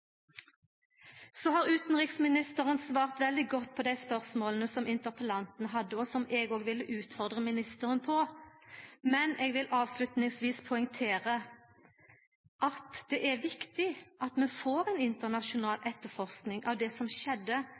Så har utanriksministeren svara veldig godt på dei spørsmåla som interpellanten hadde, og som eg også vil utfordre ministeren på. Men eg vil avslutningsvis poengtera at det er viktig at vi får ei internasjonal etterforsking av det som skjedde